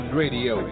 radio